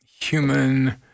human